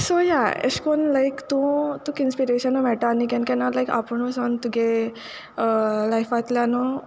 so या एशे कोन्न लायक तूं तुका इंस्पिरेशनू मेळटा आनी केन्ना केन्ना लायक आपुणूसान तुगे लायफांतल्यानू